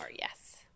Yes